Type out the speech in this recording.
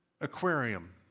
aquarium